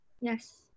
yes